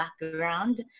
background